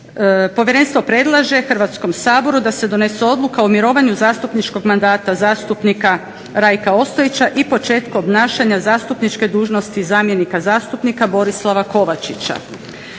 Povjerenstvo predlaže Hrvatskom saboru da se donese Odluka o mirovanju zastupničkog mandata zastupnika Rajka Ostojića i početku obnašanja zastupničke dužnosti zamjenika zastupnika Borislava Kovačića.